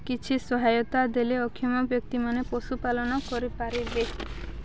କିଛି ସହାୟତା ଦେଲେ ଅକ୍ଷମ ବ୍ୟକ୍ତିମାନେ ପଶୁପାଳନ କରିପାରିବେ